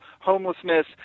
homelessness